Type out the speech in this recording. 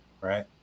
right